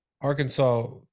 arkansas